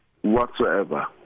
whatsoever